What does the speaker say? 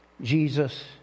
Jesus